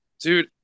Dude